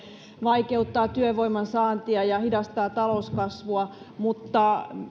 vaikeuttaa työvoiman saantia ja hidastaa talouskasvua mutta